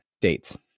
dates